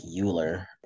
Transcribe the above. Euler